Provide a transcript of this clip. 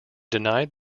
denied